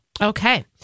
Okay